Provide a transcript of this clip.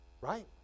Right